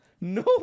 no